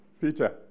Peter